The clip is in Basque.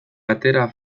atera